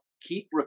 keep